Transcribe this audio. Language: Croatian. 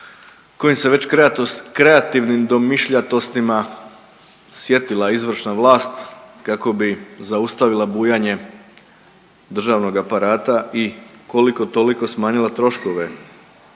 koji se već kreativnim domišljatostima sjetila izvršna vlast kako bi zaustavila bujanje državnog aparata i koliko toliko smanjila troškove